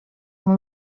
amb